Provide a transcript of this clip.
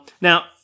Now